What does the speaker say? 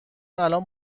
الان